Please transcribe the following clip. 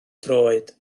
droed